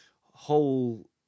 whole